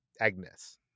Agnes